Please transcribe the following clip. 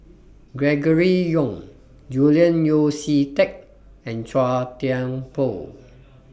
Gregory Yong Julian Yeo See Teck and Chua Thian Poh